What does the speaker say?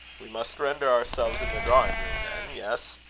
we must render ourselves in the drawing-room, then? yes.